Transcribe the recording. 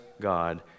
God